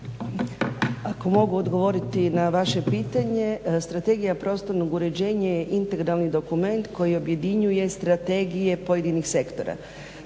Ako mogu odgovoriti na vaše pitanje. Strategija prostorno uređenje je integralni dokument koji objedinjuje strategije pojedinih sektora.